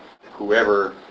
whoever